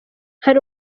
hari